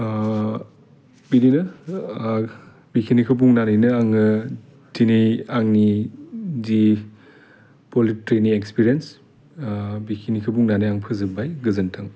बिदिनो बिखिनिखौ बुंनानैनो आङो दिनै आंनि जि पलिट्रिनि एक्सपिरेन्स ओह बिखिनिखौ बुंनानै आं फोजोब्बाय गोजोन्थों